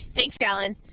thanks, allen.